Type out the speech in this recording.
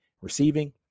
receiving